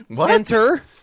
enter